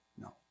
No